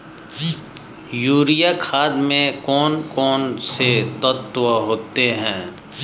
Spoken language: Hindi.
यूरिया खाद में कौन कौन से तत्व होते हैं?